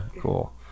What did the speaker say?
Cool